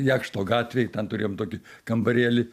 jakšto gatvėj ten turėjom tokį kambarėlį